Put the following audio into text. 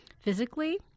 physically